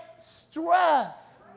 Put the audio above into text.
stress